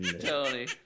Tony